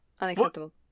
Unacceptable